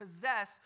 possess